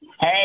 Hey